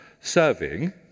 serving